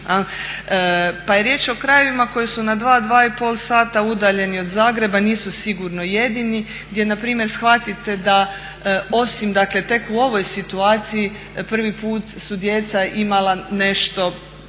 Pa je riječ o krajevima koji su na 2, 2,5 sata udaljeni od Zagreba, nisu sigurno jedini gdje npr. shvatite da osim dakle tek u ovoj situaciji prvi put su djeca imala nešto